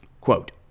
Quote